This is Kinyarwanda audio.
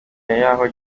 yaho